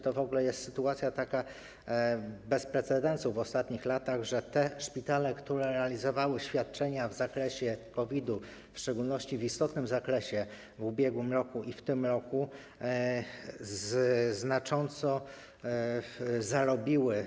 To w ogóle jest sytuacja bez precedensu w ostatnich latach, że szpitale, które realizowały świadczenia w zakresie COVID-u, w szczególności w istotnym zakresie w ubiegłym roku i w tym roku, znacząco zarobiły.